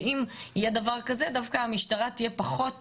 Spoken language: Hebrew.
שאם יהיה דבר כזה דווקא המשטרה תהיה פחות